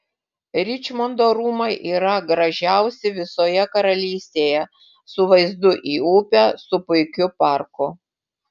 ričmondo rūmai yra gražiausi visoje karalystėje su vaizdu į upę su puikiu parku